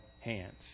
hands